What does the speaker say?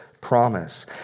promise